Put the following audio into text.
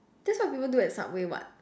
that's what people do at subway [what]